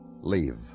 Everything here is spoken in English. Leave